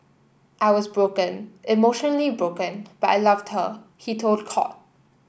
I was broken emotionally broken but I loved her he told court